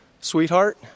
Sweetheart